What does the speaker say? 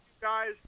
guys